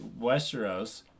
Westeros